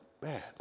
bad